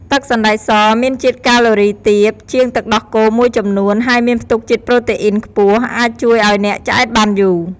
ទឹកសណ្តែកសមានជាតិកាឡូរីទាបជាងទឹកដោះគោមួយចំនួន ហើយមានផ្ទុកជាតិប្រូតេអុីនខ្ពស់អាចជួយឱ្យអ្នកឆ្អែតបានយូរ។